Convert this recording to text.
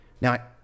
now